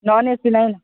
non A C नाही नं